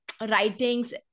writings